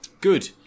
good